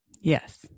yes